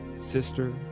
sister